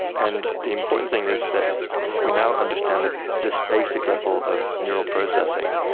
and the important thing is that we now understand that this basic level of neural processing,